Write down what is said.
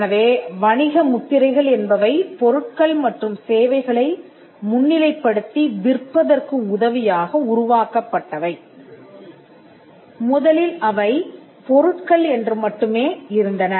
எனவே வணிக முத்திரைகள் என்பவை பொருட்கள் மற்றும் சேவைகளை முன்னிலைப் படுத்தி விற்பதற்கு உதவியாக உருவாக்கப்பட்டவைமுதலில் அவை பொருட்கள் என்று மட்டுமே இருந்தன